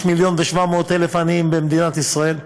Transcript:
יש 1.7 מיליון עניים במדינת ישראל,